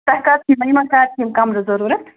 تۄہہِ کَر چھُو یِمَن کَر چھِ یِم کَمرٕ ضروٗرَت